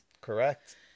Correct